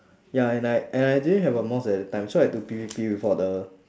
ya and I and I didn't have a mouse at that time so I had to P_V_P without a